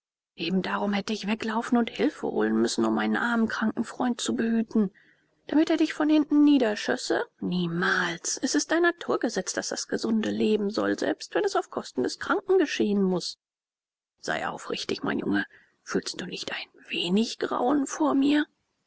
eben darum hätte ich weglaufen und hilfe holen müssen um meinen armen kranken freund zu behüten damit er dich von hinten niederschösse nimmermehr es ist ein naturgesetz daß das gesunde leben soll selbst wenn es auf kosten des kranken geschehen muß sei aufrichtig mein junge fühlst du nicht ein wenig grauen vor mir